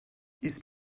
ist